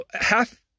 half